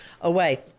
away